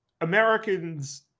Americans